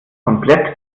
komplett